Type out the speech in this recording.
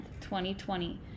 2020